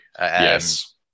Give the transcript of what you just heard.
Yes